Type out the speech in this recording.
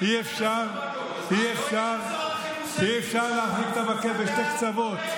אי-אפשר להחזיק את המקל בשני הקצוות.